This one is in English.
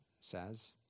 says